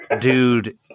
dude